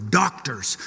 doctors